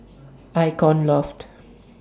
Icon Loft